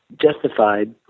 justified